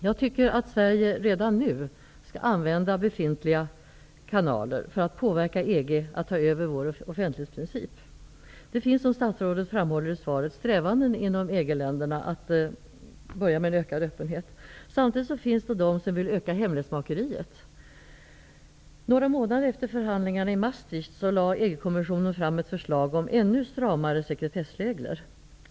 Jag tycker att Sverige redan nu skall använda befintliga kanaler för att påverka EG att ta över vår offentlighetsprincip. Det finns, som statsrådet framhåller i svaret, strävanden mot en ökad öppenhet inom EG-länderna. Samtidigt finns det de som vill öka hemlighetsmakeriet. Några månader efter förhandlingarna i Maastricht lade EG-kommissionen fram ett förslag om ännu stramare sekretessregler.